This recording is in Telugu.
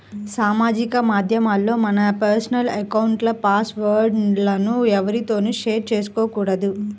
సామాజిక మాధ్యమాల్లో మన పర్సనల్ అకౌంట్ల పాస్ వర్డ్ లను ఎవ్వరితోనూ షేర్ చేసుకోకూడదు